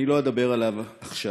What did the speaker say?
לא אדבר עליו עכשיו.